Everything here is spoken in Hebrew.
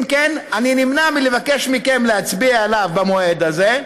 אם כן, אני נמנע מלבקש מכם להצביע עליו במועד הזה.